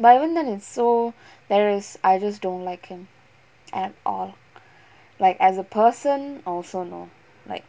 but even then it's so there is I just don't like him at all like as a person also no like